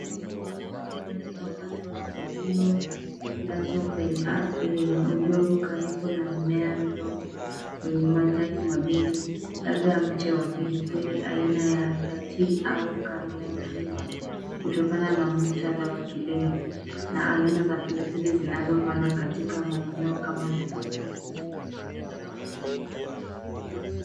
Mfumo wa umwagiliaji wa matone uliolazwa kwenye ardhi yenye udongo karibu na mmea mdogo wenye majani mabichi, labda mche wa pilipili aina ya Datil au Caroline Reaper , kutokana na muktadha wa kilimo na aina za pilipili zinazopandwa katika maeneo kama Nairobi.